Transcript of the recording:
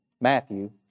Matthew